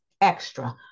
extra